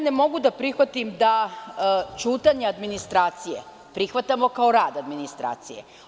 Ne mogu da prihvatim ćutanje administracije, prihvatamo kao rad administracije.